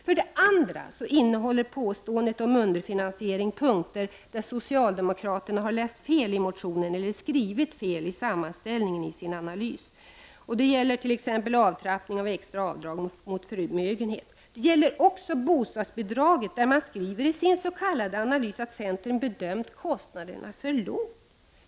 Påståendet om underfinansiering innehåller också punkter där socialde 15 mokraterna har läst fel i motionen eller skrivit fel i sammanställningen i sin analys. Det gäller t.ex. avtrappning av extra avdrag mot förmögenhet. Det gäller också bostadsbidraget där man skriver i sin s.k. analys att centern ”bedömt kostnaderna för lågt”.